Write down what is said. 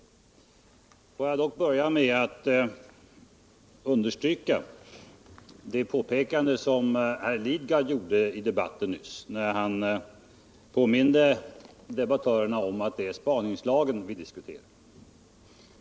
Emellertid vill jag börja med att understryka det påpekande som Bertil Lidgard gjorde i debatten nyss, nämligen att det är spaningslagen vi diskuterar.